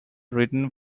written